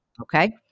okay